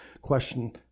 question